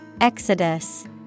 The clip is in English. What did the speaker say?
Exodus